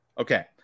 Okay